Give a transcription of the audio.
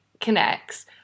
connects